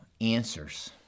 answers